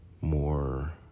more